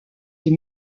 est